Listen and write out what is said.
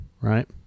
right